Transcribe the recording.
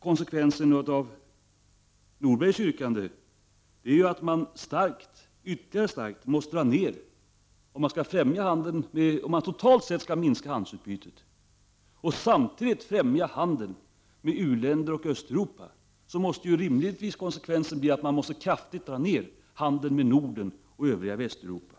Konsekvensen av Lars Norbergs yrkanden om att totalt sett minska handelsutbytet och samtidigt främja handeln med u-länder och med Östeuropa måste rimligtvis bli en kraftig neddragning av handeln med Norden och övriga Västeuropa.